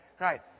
right